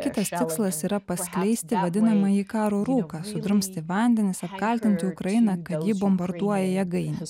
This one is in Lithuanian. kitas tikslas yra paskleisti vadinamąjį karo rūką sudrumsti vandenis apkaltinti ukrainą kad ji bombarduoja jėgainę